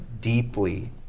deeply